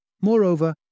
Moreover